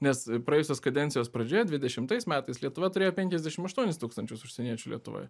nes praėjusios kadencijos pradžioje dvidešimais metais lietuva turėjo penkiasdešim aštuonis tūkstančius užsieniečių lietuvoj